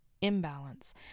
imbalance